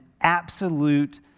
absolute